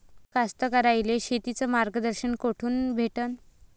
कास्तकाराइले शेतीचं मार्गदर्शन कुठून भेटन?